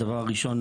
דבר ראשון,